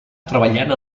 treballant